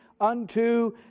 unto